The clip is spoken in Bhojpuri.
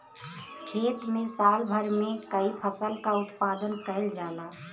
खेत में साल भर में कई फसल क उत्पादन कईल जाला